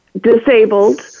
disabled